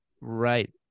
Right